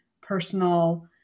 personal